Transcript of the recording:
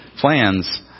plans